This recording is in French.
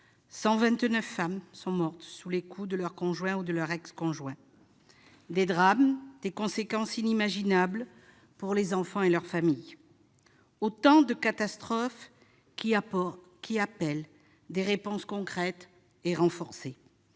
129 femmes sont mortes sous les coups de leur conjoint ou ex-conjoint ! Autant de drames, avec des conséquences inimaginables pour les enfants et les familles. Autant de catastrophes, qui appellent des réponses concrètes et renforcées,